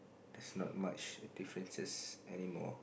there's not much differences anymore